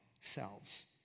selves